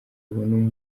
abone